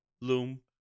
loom